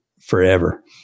forever